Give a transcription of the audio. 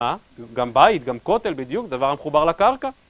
גם בית, גם כותל בדיוק, דבר מחובר לקרקע